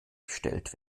gestellt